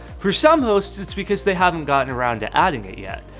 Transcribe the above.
for some hosts, it's because they haven't gotten around to adding it yet.